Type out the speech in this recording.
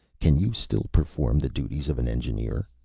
can you still perform the duties of an engineer?